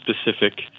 specific